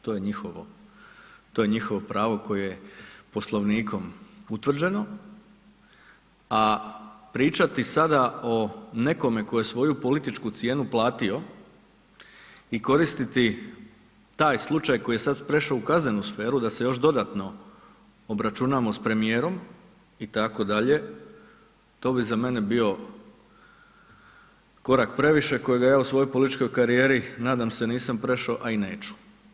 To je njihovo pravo koje je Poslovnikom utvrđeno, a pričati sada o nekome tko je svoju političku cijenu platio i koristiti taj slučaj koji je sad prešao u kaznenu sferu da se još dodatno obračunamo s premijerom, itd., to bi za mene bio korak previše kojeg ja u svojoj političkoj karijeri, nadam se, nisam prešao, a i neću.